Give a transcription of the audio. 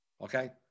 okay